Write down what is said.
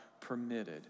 permitted